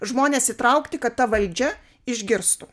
žmonės įtraukti kad ta valdžia išgirstų